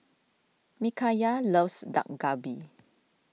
Mikayla loves Dak Galbi